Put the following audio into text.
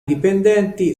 dipendenti